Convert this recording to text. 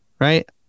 right